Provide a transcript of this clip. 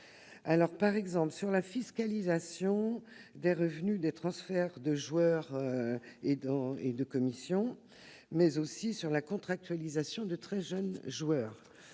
pour exemple la fiscalisation des revenus des transferts de joueurs et des commissions, mais aussi la contractualisation de très jeunes joueurs.